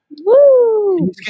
Woo